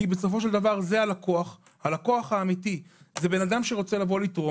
כי בסופו של דבר הלקוח האמיתי הוא בן אדם שרוצה לתרום.